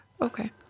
okay